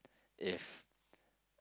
if